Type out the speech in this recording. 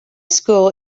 school